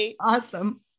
Awesome